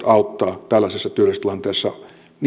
auttavat tällaisessa työllisyystilanteessa